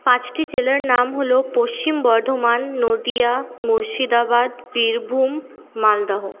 পাঁচটি জেলার নাম হল পশ্চিম বর্ধমান নদিয়া মুর্শিদাবাদ বীরভূম মালদহ